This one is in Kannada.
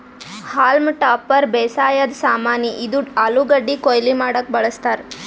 ಹಾಲ್ಮ್ ಟಾಪರ್ ಬೇಸಾಯದ್ ಸಾಮಾನಿ, ಇದು ಆಲೂಗಡ್ಡಿ ಕೊಯ್ಲಿ ಮಾಡಕ್ಕ್ ಬಳಸ್ತಾರ್